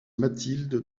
mathilde